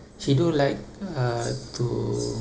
she do like uh to